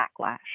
backlash